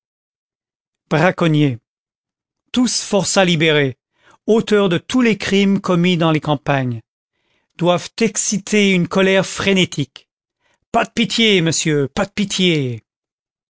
braconniers tous forçats libérés auteurs de tous les crimes commis dans les campagnes doivent exciter une colère frénétique pas de pitié monsieur pas de pitié